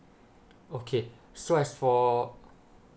okay so as for